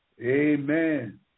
Amen